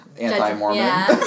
anti-mormon